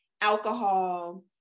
alcohol